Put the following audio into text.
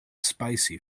spicy